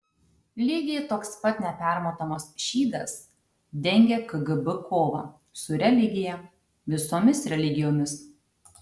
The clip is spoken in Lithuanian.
lygiai toks pat nepermatomas šydas dengia kgb kovą su religija visomis religijomis